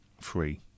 free